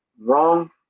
wrong